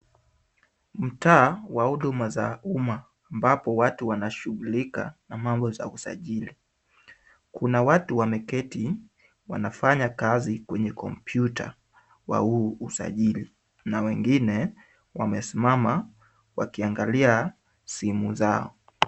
Mtaa wa huduma za umma, ambapo watu wanashughulika na mambo za usajili. Kuna watu wameketi, wanafanya kazi kwenye kompyuta kwa huu usajili na wengine wamesimama wakiangalia simu zao.